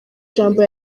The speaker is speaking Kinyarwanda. ijambo